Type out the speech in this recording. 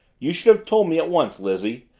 you should have told me at once, lizzie.